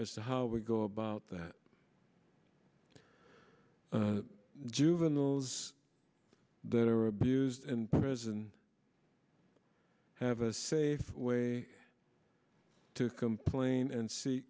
as to how we go about that juveniles that are abused in prison have a safe way to complain and see